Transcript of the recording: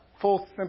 full